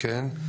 כן.